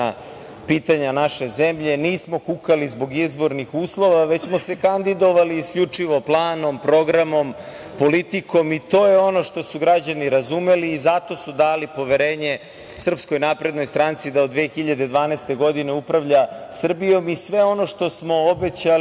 pitanja naše zemlje, nismo kukali zbog izbornih uslova, već smo se kandidovali isključivo planom, programom, politikom. I to je ono što su građani razumeli i zato su dali poverenje SNS da od 2012. godine upravlja Srbijom. I sve ono što smo obećali,